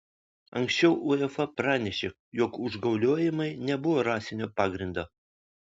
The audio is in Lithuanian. anksčiau uefa pranešė jog užgauliojimai nebuvo rasinio pagrindo